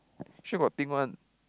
sure got thing one